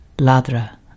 Ladra